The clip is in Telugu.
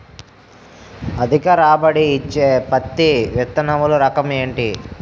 అధిక రాబడి ఇచ్చే పత్తి విత్తనములు రకం ఏంటి?